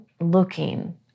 looking